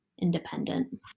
independent